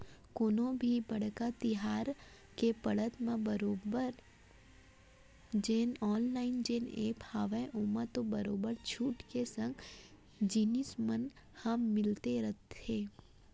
कोनो भी बड़का तिहार के पड़त म बरोबर जेन ऑनलाइन जेन ऐप हावय ओमा तो बरोबर छूट के संग जिनिस मन ह मिलते रहिथे